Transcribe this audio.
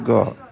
God